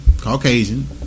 Caucasian